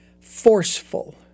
forceful